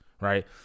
right